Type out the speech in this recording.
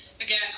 again